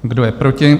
Kdo je proti?